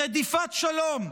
רדיפת שלום,